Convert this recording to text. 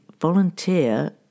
volunteer